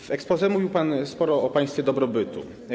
W exposé mówił pan sporo o państwie dobrobytu.